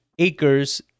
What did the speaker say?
acres